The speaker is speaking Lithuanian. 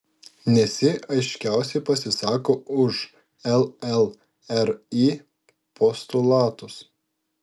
nes ji aiškiausiai pasisako už llri postulatus